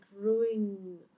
growing